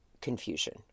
confusion